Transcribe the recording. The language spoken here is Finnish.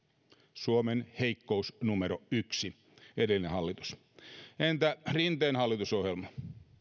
suomen heikkous numero yksi edellinen hallitus entä rinteen hallitusohjelma